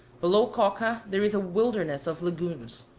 below coca there is a wilderness of lagunes,